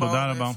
תודה רבה.